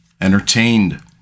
entertained